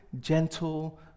gentle